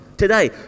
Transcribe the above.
Today